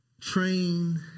train